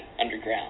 underground